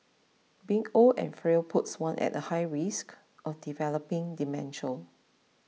being old and frail puts one at a high risk of developing dementia